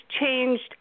changed